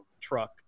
truck